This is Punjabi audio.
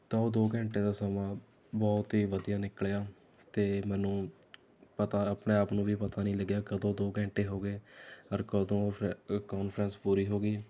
ਤਾਂ ਉਹ ਦੋ ਘੰਟੇ ਦਾ ਸਮਾਂ ਬਹੁਤ ਹੀ ਵਧੀਆ ਨਿਕਲਿਆ ਅਤੇ ਮੈਨੂੰ ਪਤਾ ਆਪਣੇ ਆਪ ਨੂੰ ਵੀ ਪਤਾ ਨਹੀਂ ਲੱਗਿਆ ਕਦੋਂ ਦੋ ਘੰਟੇ ਹੋ ਗਏ ਔਰ ਕਦੋਂ ਫ੍ਰੇ ਕਾਨਫਰੰਸ ਪੂਰੀ ਹੋ ਗਈ